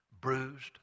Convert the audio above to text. bruised